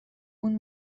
اون